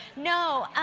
no,